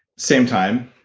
same time,